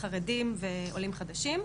חרדים ועולים חדשים.